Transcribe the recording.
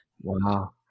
Wow